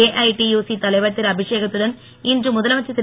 AITUC தலைவர் திருஅபிஷேக த்துடன் இன்று முதலமைச்சர் திரு